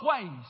ways